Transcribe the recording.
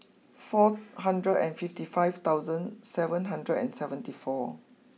four hundred and fifty five thousand seven hundred and seventy four